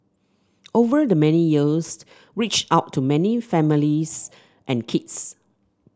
over the many years reached out to many families and kids